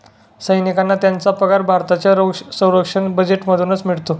सैनिकांना त्यांचा पगार भारताच्या संरक्षण बजेटमधूनच मिळतो